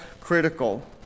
critical